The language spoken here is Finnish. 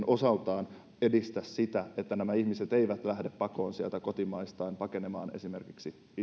osaltaan edistä sitä että ihmiset eivät lähde pakoon sieltä kotimaastaan pakenemaan esimerkiksi